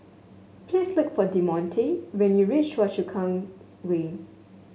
please look for Demonte when you reach Choa Chu Kang Way